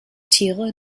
tiere